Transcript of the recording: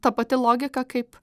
ta pati logika kaip